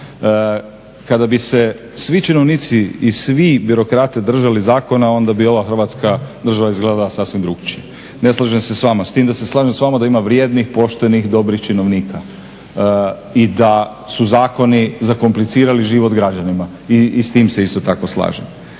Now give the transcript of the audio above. Kada bi se svi činovnici i svi birokrati držali zakona onda bi ova Hrvatska država izgledala sasvim drukčije. Ne slažem se s vama, s tim da se slažem s vama da ima vrijednih, poštenih, dobrih činovnika i da su zakoni zakomplicirali život građanima i s tim se isto tako slažem.